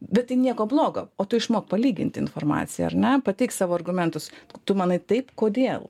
bet tai nieko blogo o tu išmok palyginti informaciją ar ne pateik savo argumentus tu manai taip kodėl